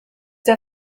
der